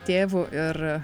tėvu ir